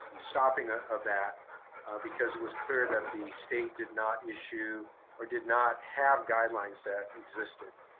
stopping ah of that because it was clear that the state did not issue or did not have guidelines that existed.